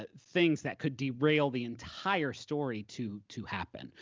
ah things that could derail the entire story to to happen.